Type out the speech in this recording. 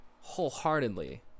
wholeheartedly